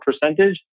percentage